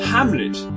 Hamlet